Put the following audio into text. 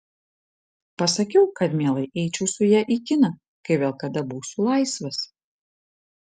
pasakiau kad mielai eičiau su ja į kiną kai vėl kada būsiu laisvas